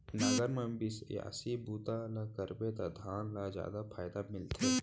नांगर म बियासी बूता ल करबे त धान ल जादा फायदा मिलथे